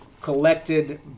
collected